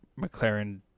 mclaren